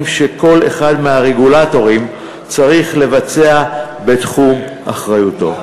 שכל אחד מהרגולטורים צריך לבצע בתחום אחריותו.